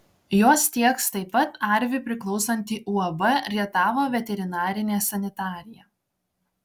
juos tieks taip pat arvi priklausanti uab rietavo veterinarinė sanitarija